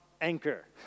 anchor